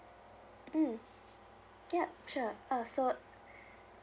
mm ya sure uh so